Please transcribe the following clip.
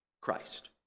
Christ